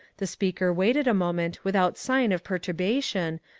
the speaker waited a moment without sign of perturbation,